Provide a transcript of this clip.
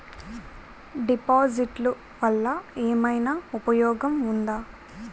డిపాజిట్లు వల్ల ఏమైనా ఉపయోగం ఉందా?